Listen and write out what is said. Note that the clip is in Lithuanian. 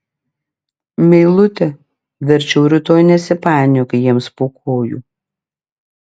meilute verčiau rytoj nesipainiok jiems po kojų